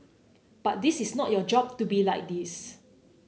but this is not your job to be like this